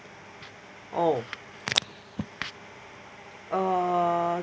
oh uh